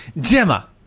Gemma